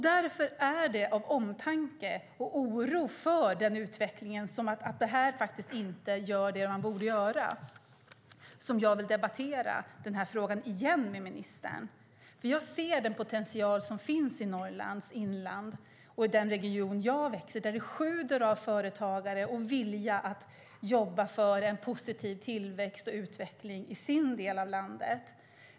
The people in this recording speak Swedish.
Det är av omtanke om och oro för denna utveckling - att detta faktiskt inte görs som det borde - som jag vill debattera denna fråga igen med ministern. Jag ser nämligen den potential som finns i Norrlands inland och i den region som jag bor i där det bland företagare sjuder av vilja att jobba för en positiv tillväxt och utveckling i sin del av landet.